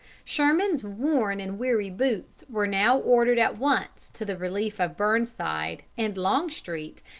sherman's worn and weary boys were now ordered at once to the relief of burnside, and longstreet,